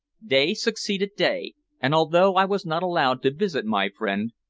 day succeeded day, and although i was not allowed to visit my friend,